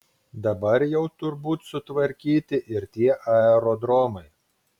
dabar jau turbūt sutvarkyti ir tie aerodromai